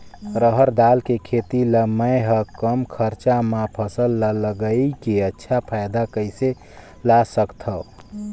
रहर दाल के खेती ला मै ह कम खरचा मा फसल ला लगई के अच्छा फायदा कइसे ला सकथव?